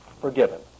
forgiven